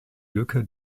lücke